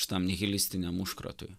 šitam nihilistiniam užkratui